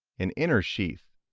an inner sheath,